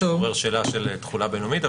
שזה עורר שאלה של תחולה בין-לאומית,